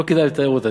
שלא כדאי לתאר אותה,